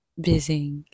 busy